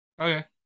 Okay